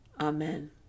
Amen